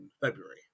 February